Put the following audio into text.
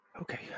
Okay